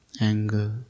anger